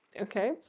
okay